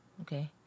Okay